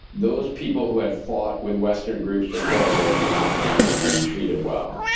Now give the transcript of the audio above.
those people who had fought with western groups before were not going to be treated well.